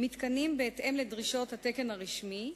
מתקנים בהתאם לדרישות התקן הרשמי,